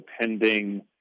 pending